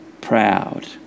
proud